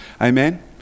Amen